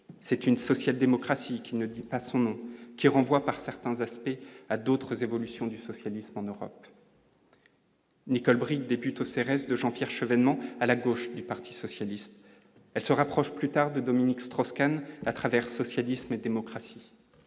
c'est une social-démocratie qui ne dit pas son nom, qui renvoie, par certains aspects à d'autres évolutions du socialisme en Europe. Nicole Bricq débute au Cérès de Jean-Pierre Chevènement à la gauche du Parti socialiste, elle se rapproche plus tard de Dominique Strauss-Kahn à travers Socialisme et démocratie,